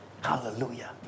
Hallelujah